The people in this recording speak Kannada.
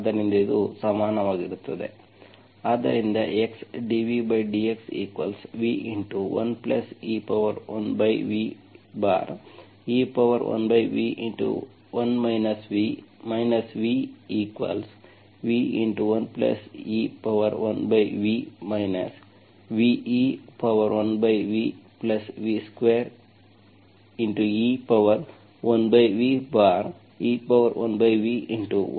ಆದ್ದರಿಂದ ಇದು ಸಮಾನವಾಗಿರುತ್ತದೆ ಆದ್ದರಿಂದ x dvdxv1e1ve1v1 v vv1e1v ve1vv2e1ve1v1 v